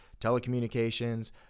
telecommunications